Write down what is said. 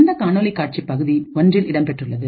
இந்த காணொளி காட்சி பகுதி ஒன்றில் இடம்பெற்றுள்ளது